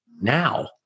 now